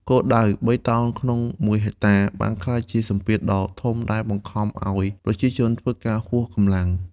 គោលដៅ "៣ តោនក្នុងមួយហិកតា" បានក្លាយជាសម្ពាធដ៏ធំដែលបង្ខំឱ្យប្រជាជនធ្វើការហួសកម្លាំង។